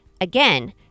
Again